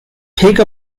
take